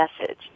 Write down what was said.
message